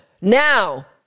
Now